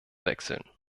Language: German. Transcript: wechseln